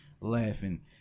laughing